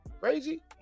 Crazy